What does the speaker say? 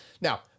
now